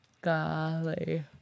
Golly